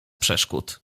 przeszkód